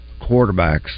quarterbacks